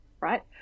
right